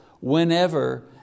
whenever